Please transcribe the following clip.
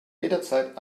jederzeit